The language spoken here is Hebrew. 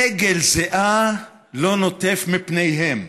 אגל זיעה לא נוטף מפניהם.